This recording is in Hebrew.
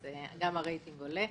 כך שגם הרייטינג עולה.